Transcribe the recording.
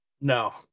No